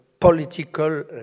political